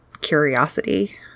curiosity